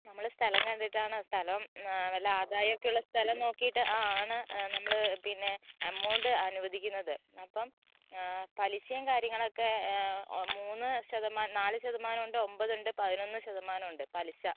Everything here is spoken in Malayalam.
നമ്മൾ സ്ഥലം കണ്ടിട്ടാണ് സ്ഥലം വല്ല ആദായം ഒക്കെ ഉള്ള സ്ഥലം നോക്കിയിട്ട് ആ ആണ് നമ്മൾ പിന്നെ അമൗണ്ട് അനുവദിക്കുന്നത് അപ്പം പലിശയും കാര്യങ്ങളൊക്കെ മൂന്ന് ശതമാ നാല് ശതമാനം ഉണ്ട് ഒമ്പത് ഉണ്ട് പതിനൊന്ന് ശതമാനം ഉണ്ട് പലിശ